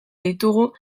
ditugu